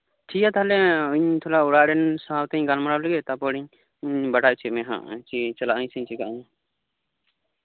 ᱴᱷᱤᱠᱜᱮᱭᱟ ᱛᱟᱞᱦᱮ ᱤᱧ ᱛᱷᱚᱲᱟ ᱚᱲᱟᱜ ᱨᱮᱱ ᱥᱟᱶᱛᱤᱧ ᱜᱟᱞᱢᱟᱨᱟᱣ ᱞᱮᱜᱮ ᱛᱟᱨᱯᱚᱨᱮᱧ ᱵᱟᱰᱟᱭ ᱦᱚᱪᱚᱭᱮᱫ ᱢᱮᱭᱟ ᱱᱟᱦᱟᱸᱜ ᱩᱸ ᱪᱟᱞᱟᱜ ᱟᱹᱧ ᱥᱮᱧ ᱪᱮᱠᱟᱜᱼᱟ